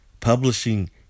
Publishing